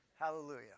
Hallelujah